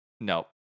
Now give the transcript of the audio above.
No